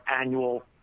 annual